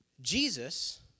Jesus